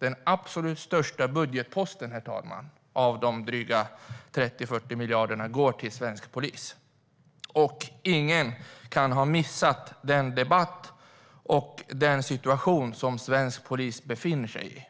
Den absolut största budgetposten av de drygt 30-40 miljarderna går till svensk polis. Och ingen kan ha missat denna debatt och den situation som svensk polis befinner sig i.